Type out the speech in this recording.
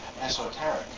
esoteric